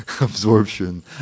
absorption